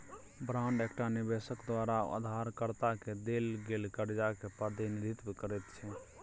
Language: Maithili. बांड एकटा निबेशक द्वारा उधारकर्ता केँ देल गेल करजा केँ प्रतिनिधित्व करैत छै